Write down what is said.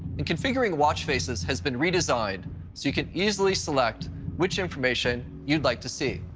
and configuring watch faces has been redesigned so you can easily select which information you'd like to see.